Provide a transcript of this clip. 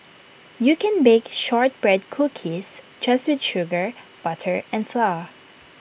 you can bake Shortbread Cookies just with sugar butter and flour